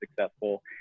successful